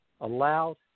allowed